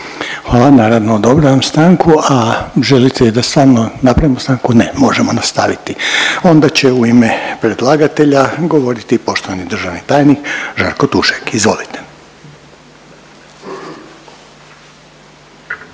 Hvala. Naravno odobravam stanku. A želite li da stvarno napravimo stanku? Ne. Možemo nastaviti, onda će u ime predlagatelja govoriti poštovani državni tajnik Žarko Tušek. Izvolite.